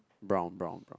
brown brown brown